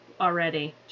already